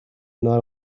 not